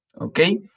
Okay